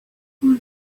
ухаан